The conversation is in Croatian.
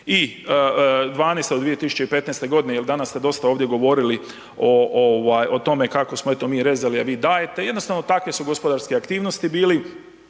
2012. od 2015. godine jer danas ste dosta ovdje govorili o ovaj o tome kako smo mi eto rezali, a vi dajete. Jednostavno takve su gospodarske aktivnosti bile,